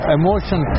emotion